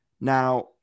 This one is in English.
Now